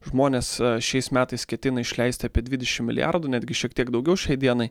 žmonės šiais metais ketina išleisti apie dvidešim milijardų netgi šiek tiek daugiau šiai dienai